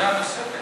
דעה נוספת.